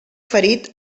ferit